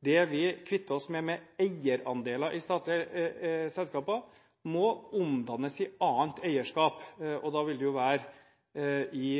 Det vi kvitter oss med av eierandeler i statlige selskaper, må omdannes i annet eierskap. Da vil det være i